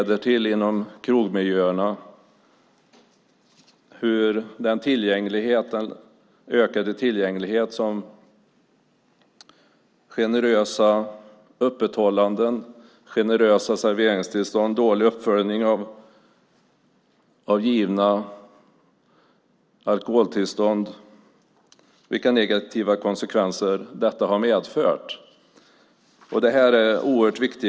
Den ökade tillgänglighet som generösa öppethållanden och serveringstillstånd, dålig uppföljning av givna alkoholtillstånd har medfört negativa konsekvenser. Den kriminella verksamheten frodas i krogmiljöerna och leder till skador.